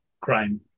crime